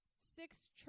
Six